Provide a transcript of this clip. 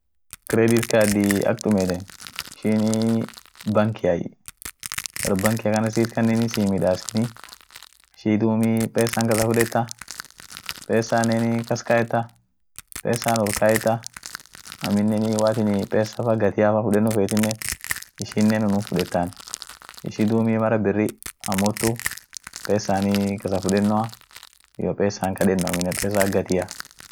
Bankinii bare kadi sun fa inamaa midaasenu, bare pesa it olkaayetenu, bare pesa kas kaayetenu, bare peesa irafudeten, pesa irafudeno ak gatiafa hinfudeta, peesanen it olinkaayeta, peesa atin olkaayeno feetine guya atin kasa fudeno feet dufte kasuma fudetai, pesa woat bare sun kas kaayet woyu hiito, malum atin feet dete fudet